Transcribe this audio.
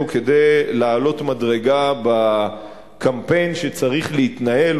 כדי לעלות מדרגה בקמפיין שצריך להתנהל.